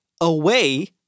away